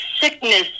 sickness